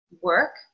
work